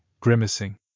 grimacing